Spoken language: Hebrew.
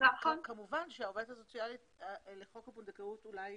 כמובן שהעובדת הסוציאלית לחוק הפונדקאות אולי